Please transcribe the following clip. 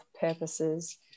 purposes